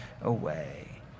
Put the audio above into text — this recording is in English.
away